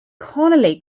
connelly